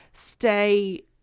Stay